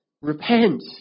Repent